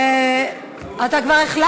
הצעת חוק